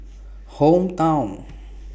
Hometown